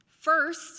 First